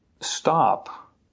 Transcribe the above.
Stop